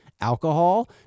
Alcohol